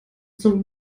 zum